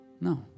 No